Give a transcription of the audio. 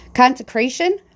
Consecration